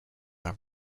are